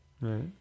Right